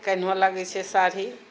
केनहो लगै छै साड़ी